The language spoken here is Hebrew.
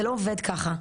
זה לא עובד ככה.